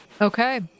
Okay